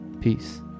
Peace